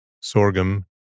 sorghum